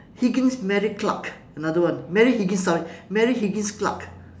higgins mary clark another one mary higgins sorry mary higgins clark